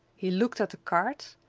he looked at the cart,